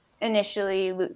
initially